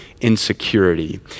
insecurity